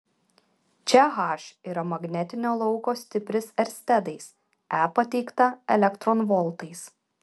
čia h yra magnetinio lauko stipris erstedais e pateikta elektronvoltais